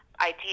idea